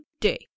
day